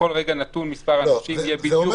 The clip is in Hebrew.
שבכל רגע נתון מספר האנשים יהיה בדיוק כפי שנקבע.